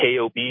KOB